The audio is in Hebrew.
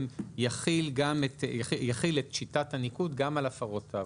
יחיל את שיטת הניקוד גם על הפרות תעברה.